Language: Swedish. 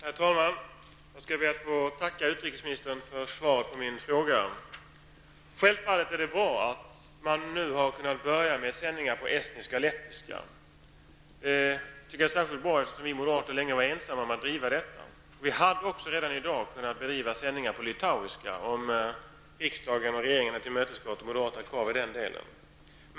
Herr talman! Jag ber att få tacka utrikesministern för svaret på min fråga. Det är självklart bra att man nu har kunnat påbörja sändningar på estniska och lettiska. Det är särskilt bra eftersom vi moderater länge har varit ensamma om att driva denna fråga. Det hade redan i dag kunnat gå att bedriva sändningar på litauiska, om riksdagen och regeringen hade tillmötesgått moderata krav i den delen.